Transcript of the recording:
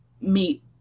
meet